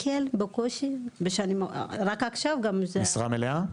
בקושי, ורק עכשיו --- משרה מלאה?